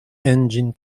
engine